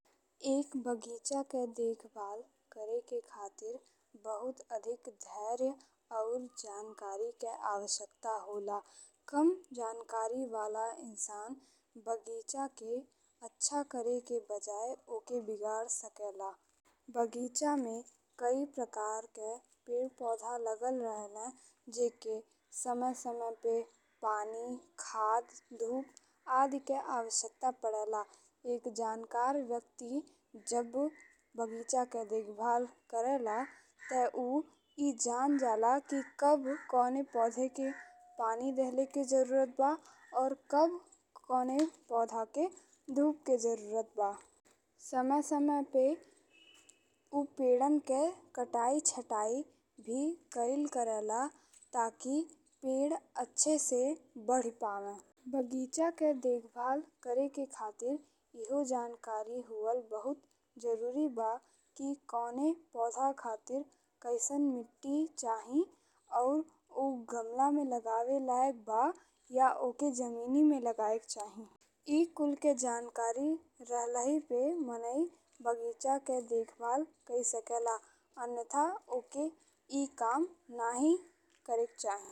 एक बग़ीचा के देखभाल करे के खातिर बहुत अधिक धैर्य और जानकारी के आवश्यकता होला। कम जानकारी वाला इंसान बग़ीचा के अच्छा करेके बजाय ओके बिगड़ सकेला। बग़ीचा में कई प्रकार के पेड़ पौधा लागल रहले जेकें समय समय पे पानी, खाद, धूप आदि के आवश्यकता पड़े ला। एक जानकार व्यक्ति जब बग़ीचा के देखभाल करत बा ते ऊ ई जान जाला कि कब कउने पौधे के पानी दिहल के जरूरत बा और कब कउने पौधा के धूप के जरूरत बा। समय समय पे ऊ पेड़न के कटाई छटाई भी कइल करेला ताकि पेड़ अच्छे से बढ़ी पावे। बग़ीचा के देखभाल करे के खातिर इहो जानकारी होअल बहुत जरूरी बा कि कउने पौधा खातिर कइसन मिट्टी चाही और ऊ गमला में लगावे लायक बा या ओके जमीन में लगावे क चाही। ए कुल के जानकारी रहला पर मने बग़ीचा के देखभाल कइ सकेला अन्यथा ओके ई काम नाहीं करेके चाही।